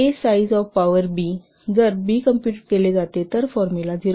'A' size of power 'B' जर 'B' compute जाते हे फॉर्मुला 0